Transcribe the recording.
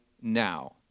now